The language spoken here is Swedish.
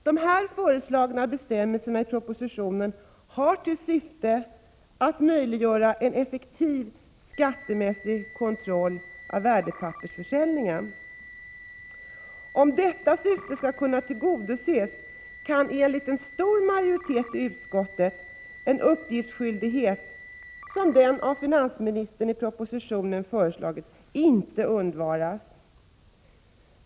De föreslagna bestämmelserna i propositionen har till syfte att möjliggöra en effektiv skattemässig kontroll av värdepappersförsäljningen. Om detta syfte skall kunna tillgodoses kan enligt en stor majoritet i utskottet en uppgiftsskyldighet, som den av finansministern i propositionen föreslagna, inte undvaras.